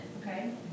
okay